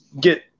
get